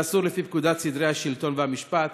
זה אסור לפי פקודת סדרי השלטון והמשפט,